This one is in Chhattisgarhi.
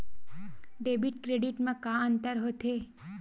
डेबिट क्रेडिट मा का अंतर होत हे?